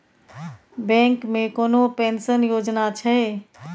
Bank मे कोनो pension योजना छै?